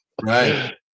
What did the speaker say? right